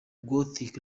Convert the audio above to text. gothic